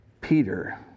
Peter